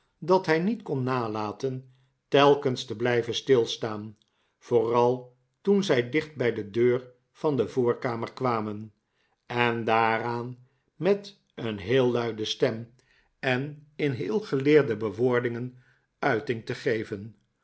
dat hij niet icon nalaten telkens te blijven stilstaan vooral toen zij dicht bij de deur van de voorkamer kwamen en daaraan met een heel luide stem en in heel geleerde bewoordingen uiting te geven